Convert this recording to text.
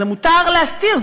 זה מותר להסתיר,